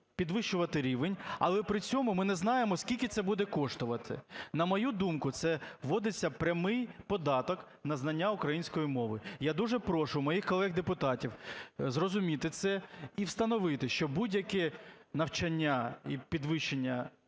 підвищувати рівень, але при цьому ми не знаємо, скільки це буде коштувати. На мою думку, це вводиться прямий податок на знання української мови. Я дуже прошу моїх колег-депутатів зрозуміти це і встановити, що будь-яке навчання і підвищення